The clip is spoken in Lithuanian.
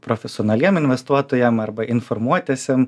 profesionaliem investuotojam arba informuotiesiem